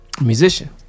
Musician